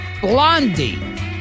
Blondie